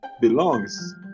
belongs